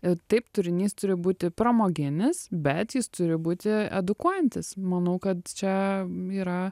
taip turinys turi būti pramoginis bet jis turi būti edukuojantis manau kad čia yra